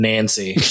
Nancy